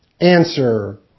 Answer